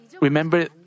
remember